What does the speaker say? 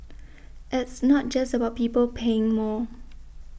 it's not just about people paying more